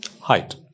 Height